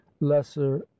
lesser